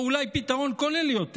או אולי פתרון כולל יותר,